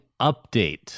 update